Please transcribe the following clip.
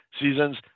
seasons